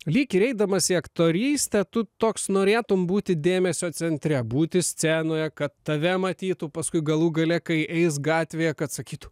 lyg ir eidamas į aktorystę tu toks norėtum būti dėmesio centre būti scenoje kad tave matytų paskui galų gale kai eis gatvėje kad sakytų